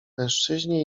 mężczyźnie